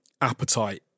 appetite